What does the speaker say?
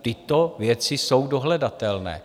Tyto věci jsou dohledatelné.